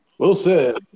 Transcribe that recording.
Wilson